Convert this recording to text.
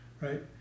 right